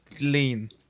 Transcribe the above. lean